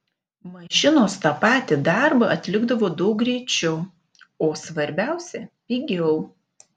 mašinos tą patį darbą atlikdavo daug greičiau o svarbiausia pigiau